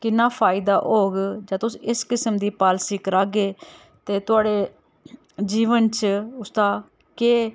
किन्ना फायदा होग जां तुस इस किसम दी पालिसी करागे ते तुआड़े जीवन च उसदा केह्